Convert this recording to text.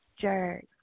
jerk